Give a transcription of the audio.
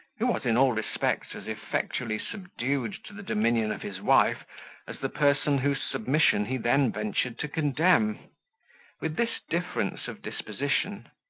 who was in all respects as effectually subdued to the dominion of his wife as the person whose submission he then ventured to condemn with this difference of disposition,